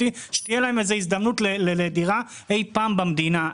שתהיה להם איזו הזדמנות לדירה אי פעם במדינה.